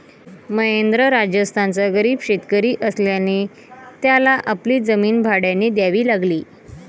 महेंद्र राजस्थानचा गरीब शेतकरी असल्याने त्याला आपली जमीन भाड्याने द्यावी लागली